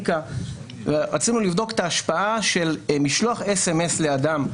רצינו לבדוק את ההשפעה של משלוח SMS לאדם,